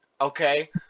okay